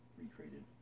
recreated